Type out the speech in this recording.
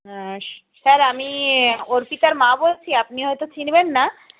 হ্যাঁ স্যার আমি অর্পিতার মা বলছি আপনি হয়তো চিনবেন না